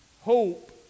hope